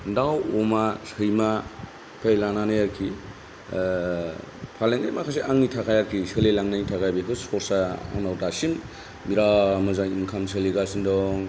दाउ अमा सैमानिफ्राय लानानै आरोखि फालांगि माखासे आंनि थाखाय आरोखि सोसिलांनायनि थाखाय बेफोर सर्सा आंनाव दासिम बिराद मोजां इन्काम सोलिगासिनो दं